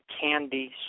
candy